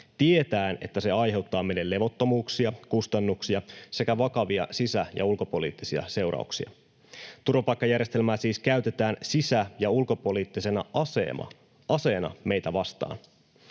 tietäen, että se aiheuttaa meille levottomuuksia, kustannuksia sekä vakavia sisä- ja ulkopoliittisia seurauksia. Turvapaikkajärjestelmää siis käytetään sisä- ja ulkopoliittisena aseena meitä vastaan.